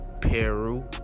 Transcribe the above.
Peru